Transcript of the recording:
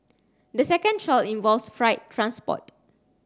the second trial involves freight transport